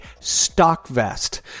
StockVest